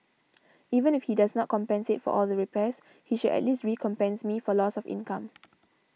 even if he does not compensate for all the repairs he should at least recompense me for loss of income